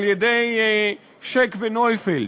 על-ידי שק ונויפלד.